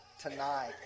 tonight